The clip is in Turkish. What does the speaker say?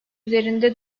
üzerinde